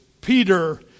Peter